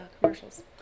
commercials